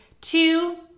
Two